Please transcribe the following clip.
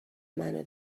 منو